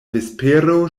vespero